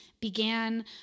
began